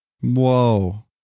Whoa